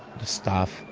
the staff,